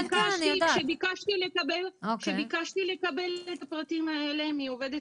כשביקשתי לקבל את הפרטים האלה מהעובדת